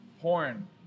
Porn